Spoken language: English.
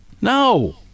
No